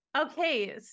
Okay